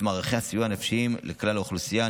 מערכי הסביבה הנפשיים לכלל האוכלוסייה.